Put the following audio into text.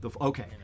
Okay